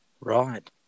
Right